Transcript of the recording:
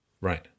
Right